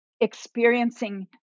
experiencing